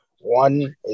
one